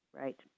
Right